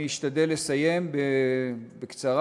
אני אשתדל לסיים, בקצרה.